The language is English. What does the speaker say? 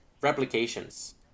replications